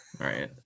Right